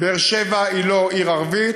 באר-שבע היא לא עיר ערבית